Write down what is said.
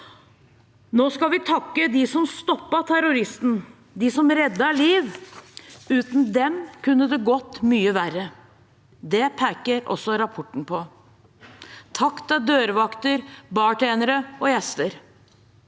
Nå skal vi takke dem som stoppet terroristen, de som reddet liv. Uten dem kunne det gått mye verre. Det peker også rapporten på. Takk til dørvakter, bartendere og gjester.